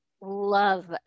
love